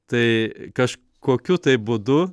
tai kažkokiu tai būdu